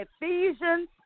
Ephesians